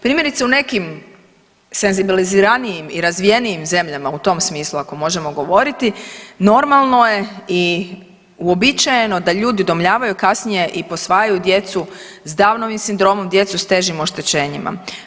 Primjerice u nekim senzibiliziranijim i razvijenijim zemljama u tom smislu ako možemo govoriti normalno je i uobičajeno da ljudi udomljavaju, kasnije i posvajaju djecu s Downovim sindromom, djecu s težim oštećenjima.